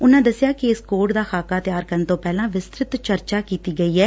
ਉਨੂਾਂ ਦਸਿਆ ਕਿ ਇਸ ਕੋਡ ਦਾ ਖ਼ਾਕਾ ਤਿਆਰ ਕਰਨ ਤੋਂ ਪਹਿਲਾਂ ਵਿਸਤਰਿਤ ਚਰਚਾ ਕੀਤੀ ਗਈ ਐ